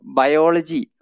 biology